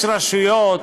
יש רשויות,